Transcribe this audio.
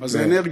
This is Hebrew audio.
אז זה אנרגיה.